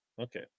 Okay